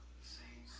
see